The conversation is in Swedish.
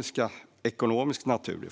första hand av ekonomisk natur.